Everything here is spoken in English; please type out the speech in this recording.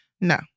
No